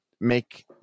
make